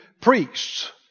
priests